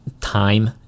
time